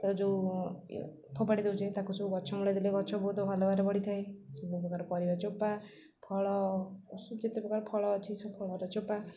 ତ ଯେଉଁ ଫୋପାଡ଼ି ଦେଉଛେ ତାକୁ ସବୁ ଗଛ ମୂଳେ ଦେଲେ ଗଛ ବହୁତ ଭଲ ଭାବରେ ବଢ଼ିଥାଏ ସବୁ ପ୍ରକାର ପରିବା ଚୋପା ଫଳ ଯେତେପ୍ରକାର ଫଳ ଅଛି ସବୁ ଫଳର ଚୋପା